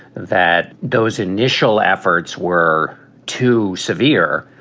that those initial efforts were too severe.